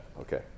Okay